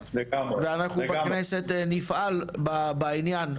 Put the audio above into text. ואנחנו בכנסת נפעל בעניין.